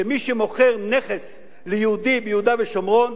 שמי שמוכר נכס ליהודי ביהודה ושומרון,